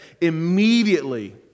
Immediately